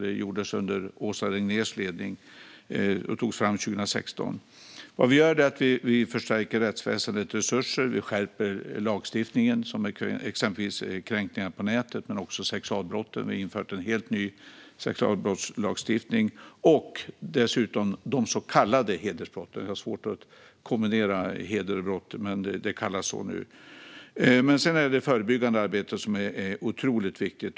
Den gjordes under Åsa Regnérs ledning och togs fram 2016. Vad vi gör är att vi förstärker rättsväsendets resurser. Vi skärper lagstiftningen. Det gäller exempelvis kränkningar på nätet men också sexualbrotten. Vi har infört en helt ny sexualbrottslagstiftning. Det handlar dessutom om de så kallade hedersbrotten. Jag har svårt att kombinera heder och brott, men det kallas nu så. Sedan är det förebyggande arbetet otroligt viktigt.